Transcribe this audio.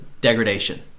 degradation